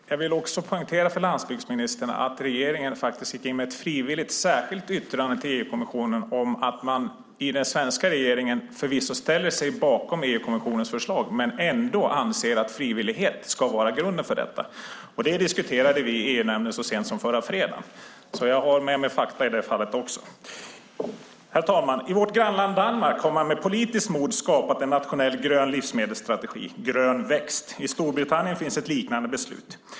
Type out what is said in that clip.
Herr talman! Jag vill också poängtera för landsbygdsministern att regeringen faktiskt gick in med ett frivilligt särskilt yttrande till EU-kommissionen om att man i den svenska regeringen förvisso ställer sig bakom EU-kommissionens förslag men ändå anser att frivillighet ska vara grunden för detta. Det diskuterade vi i EU-nämnden så sent som förra fredagen. Jag har alltså med mig fakta i det fallet också. I vårt grannland Danmark har man med politiskt mod skapat en nationell grön livsmedelsstrategi - Grøn vækst. I Storbritannien finns ett liknande beslut.